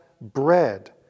bread